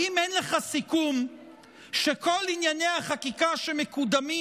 האם אין לך סיכום שכל ענייני החקיקה שמקודמים